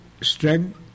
strength